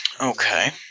Okay